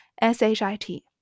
S-H-I-T